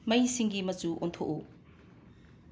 ꯃꯩꯁꯤꯡꯒꯤ ꯃꯆꯨ ꯑꯣꯟꯊꯣꯛꯎ